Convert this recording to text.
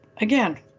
again